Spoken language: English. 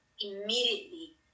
immediately